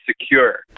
secure